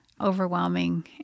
overwhelming